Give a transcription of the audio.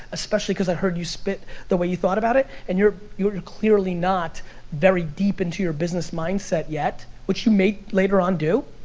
especially cause i heard you spit the way you thought about it, and you're clearly not very deep into your business mindset yet, which you may later on do.